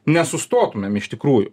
nesustotumėm iš tikrųjų